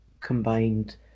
combined